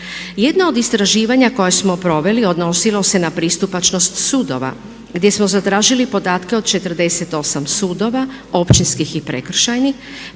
Jedno od istraživanja koje smo proveli odnosilo se na pristupačnost sudova gdje smo zatražili podatke od 48 sudova, općinskih i prekršajnih.